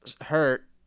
hurt